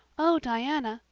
oh, diana,